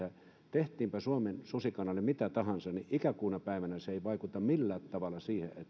tehtiinpä suomen susikannalle mitä tahansa niin ikäkuuna päivänä se ei vaikuta millään tavalla siihen että